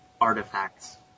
artifacts